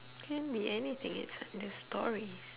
can be anything it's under stories